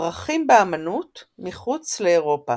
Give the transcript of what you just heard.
הפרחים באמנות - מחוץ לאירופה